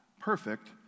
perfect